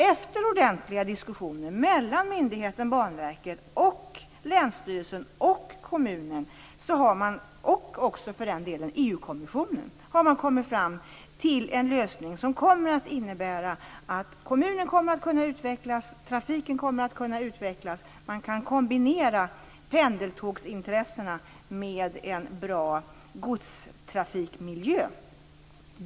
Efter ordentliga diskussioner mellan myndigheten Banverket och länsstyrelsen, kommunen och även EU-kommissionen har man kommit fram till en lösning som innebär att kommunen kommer att kunna utvecklas och trafiken kommer att kunna utvecklas. Man kan kombinera pendeltågsintressena med en bra godstrafikmiljö.